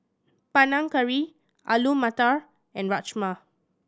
Panang Curry Alu Matar and Rajma